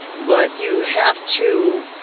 but you have to